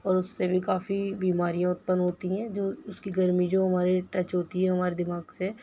اور اس سے بھی کافی بیماریاں اتپن ہوتی ہیں جو اس کی گرمی جو ہمارے ٹچ ہوتی ہے ہمارے دماغ سے